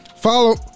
Follow